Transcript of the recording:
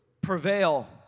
Prevail